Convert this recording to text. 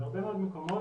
בהרבה מאוד מקומות,